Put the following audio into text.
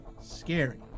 Scary